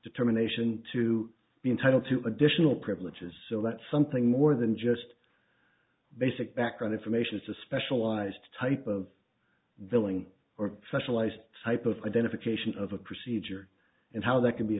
determination to be entitled to additional privileges so that's something more than just basic background information it's a specialized type of billing or professionalized type of identification of a procedure and how that c